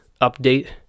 update